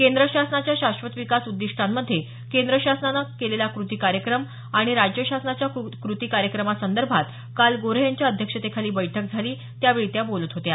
केंद्र शासनाच्या शाश्वत विकास उद्दिष्टांमध्ये केंद्र शासनानं केलेला कृती कार्यक्रम आणि राज्य शासनाच्या कृती कार्यक्रमासंदर्भात काल गोऱ्हे यांच्या अध्यक्षतेखाली बैठक झाली त्यावेळी त्या बोलत होत्या